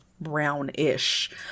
brownish